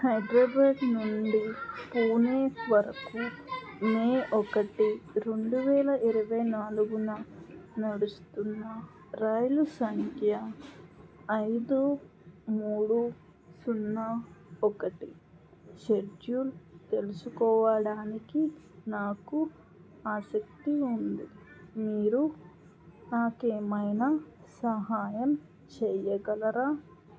హైద్రాబాద్ నుండి పూణే వరకు మే ఒకటి రెండువేల ఇరవై నాలుగున నడుస్తున్న రైలు సంఖ్య ఐదు మూడు సున్నా ఒకటి షెడ్యూల్ తెలుసుకోవడానికి నాకు ఆసక్తి ఉంది మీరు నాకేమైనా సహాయం చెయ్యగలరా